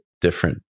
different